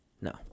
no